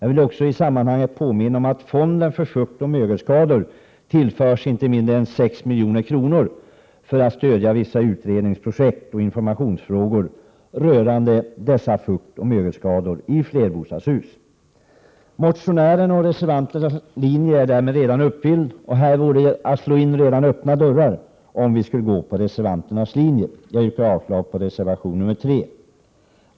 I det sammanhanget vill jag påminna om att fonden för fuktoch mögelskador tillförs inte mindre än 6 milj.kr. för att stödja vissa utredningsprojekt och informationsfrågor rörande dessa skador i flerbostadshus. Motionärernas och reservanternas krav är därmed redan uppfyllt. Det vore att slå in redan öppna dörrar att gå på reservanternas linje. Jag yrkar avslag på reservation 3.